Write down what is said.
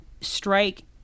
strike